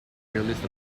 realist